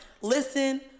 listen